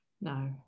no